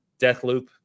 Deathloop